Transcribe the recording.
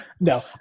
no